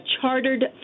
chartered